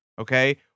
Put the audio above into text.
okay